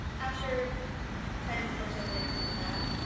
after ten or so minutes of that,